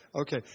Okay